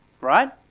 right